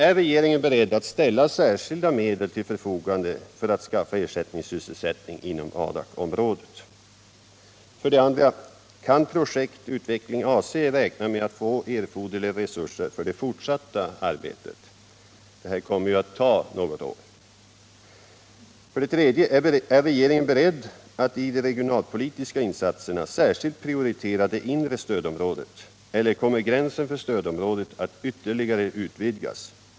Är regeringen beredd att ställa särskilda medel till förfogande för att skaffa ersättningssysselsättning inom Adakområdet? 2. Kan projektet utveckling AC räkna med att få erforderliga resurser för det fortsatta arbetet? — Det här arbetet kommer ju att ta något år. 3. Är regeringen beredd att i de regionalpolitiska insatserna särskilt prioritera det inre stödområdet eller kommer gränsen för stödområdet att ytterligare utvidgas?